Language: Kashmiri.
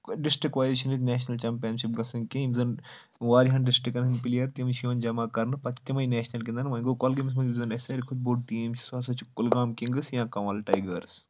ڈِسٹِرٛک وایِز چھِنہٕ ییٚتہِ نیشنَل چَمپیٚنشِپ گژھان کینٛہہ یِم زَن واریاہن ڈِسٹرکَن ہٕنٛدۍ پٕلیر تِم چھِ یِوان جمع کَرنہٕ پَتہٕ تِمَے نیشنَل گِنٛدان وۄنۍ گوٚو کۄلگٲمِس منٛز یُس زَن اَسہِ ساروِی کھۄتہٕ بوٚڑ ٹیٖم چھُ سُہ ہَسا چھُ کۄلگام کِنٛگٕس یا کَوَل ٹایِٚگٲرٕس